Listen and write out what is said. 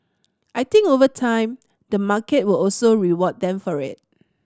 I think over time the market will also reward them for it